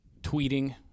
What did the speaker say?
tweeting